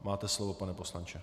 Máte slovo, pane poslanče.